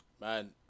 Man